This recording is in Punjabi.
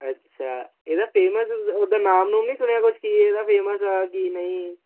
ਅੱਛਾ ਇਹਦਾ ਫੇਮਸ ਉਹਦਾ ਨਾਮ ਨੁਮ ਨੀ ਸੁਣਿਆ ਕੁਝ ਕੀ ਇਹਦਾ ਫੇਮਸ ਕੀ ਨਹੀਂ